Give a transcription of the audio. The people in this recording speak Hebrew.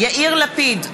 יאיר לפיד,